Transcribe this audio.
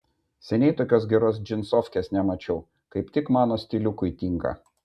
seniai tokios geros džinsofkės nemačiau kaip tik mano stiliukui tinka